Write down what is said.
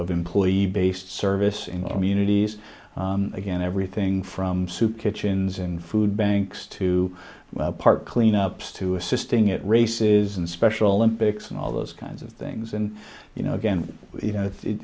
employees based service in unity's again everything from soup kitchens and food banks to park clean ups to assisting it races and special olympics and all those kinds of things and you know again you know